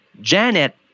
Janet